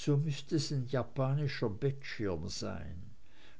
so müßte es ein japanischer bettschirm sein